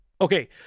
okay